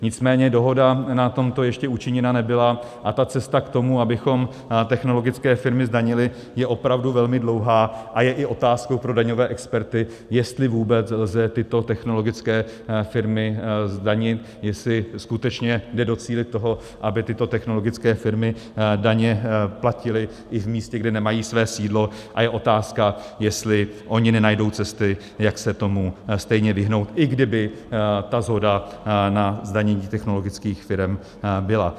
Nicméně dohoda na tomto ještě učiněna nebyla a cesta k tomu, abychom technologické firmy zdanili, je opravdu velmi dlouhá a je i otázkou pro daňové experty, jestli vůbec lze tyto technologické firmy zdanit, jestli skutečně jde docílit toho, aby tyto technologické firmy daně platily i v místě, kde nemají své sídlo, a je otázka, jestli ony nenajdou cesty, jak se tomu stejně vyhnout, i kdyby ta shoda na zdanění technologických firem byla.